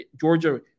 Georgia